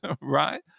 right